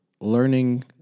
learning